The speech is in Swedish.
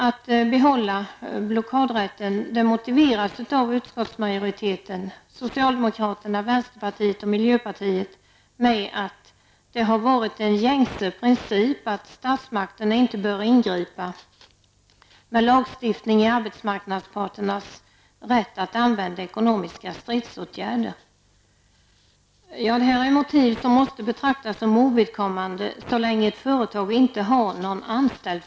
Utskottsmajoritetens, dvs. socialdemokraternas, vänsterpartiets och miljöpartiets, motivering för att behålla blockadrätten är ''att det har varit en gänges princip att statsmakterna inte bör ingripa med lagstiftning i arbetsmarknadsparternas rätt att använda ekonomiska stridsåtgärder.'' Denna motivering måste betraktas som ovidkommande så länge ett företag inte har någon anställd.